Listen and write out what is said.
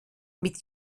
mit